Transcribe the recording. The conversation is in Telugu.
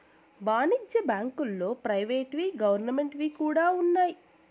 వాణిజ్య బ్యాంకుల్లో ప్రైవేట్ వి గవర్నమెంట్ వి కూడా ఉన్నాయి